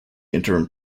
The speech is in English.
interim